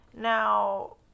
Now